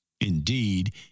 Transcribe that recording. indeed